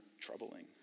troubling